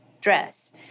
dress